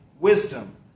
Wisdom